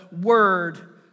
word